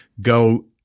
go